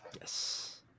Yes